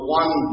one